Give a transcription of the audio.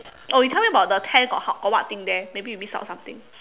oh you tell me about the tent got how got what thing there maybe we miss out something